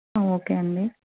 okay అండి